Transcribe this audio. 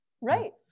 right